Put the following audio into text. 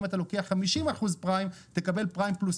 אם אתה לוקח 50 אחוז פריים תקבל פריים פלוס